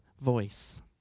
voice